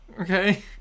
Okay